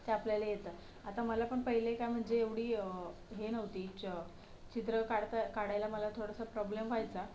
ते आपल्याला येतं आता मला पण पहिले काय म्हणजे एवढी हे नव्हतीच चित्र काढता काढायला मला थोडासा प्रॉब्लेम व्हायचा